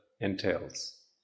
entails